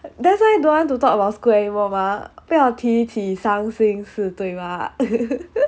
that's why don't want to talk about school anymore mah 不要提起伤心事对吗